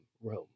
Rome